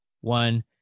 one